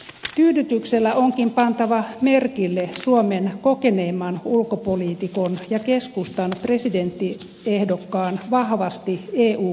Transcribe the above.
tyydytyksellä onkin pantava merkille suomen kokeneimman ulkopoliitikon ja keskustan presidenttiehdokkaan vahvasti eu kriittinen asenne